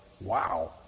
Wow